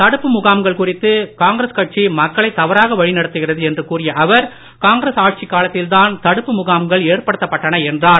தடுப்பு முகாம்கள் குறித்து காங்கிரஸ் கட்சி மக்களை தவறாக வழிநடத்துகிறது என்று கூறிய அவர் காங்கிரஸ் ஆட்சிக் காலத்தில்தான் தடுப்பு முகாம்கள் ஏற்படுத்தப் பட்டன என்றார்